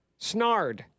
Snard